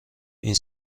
این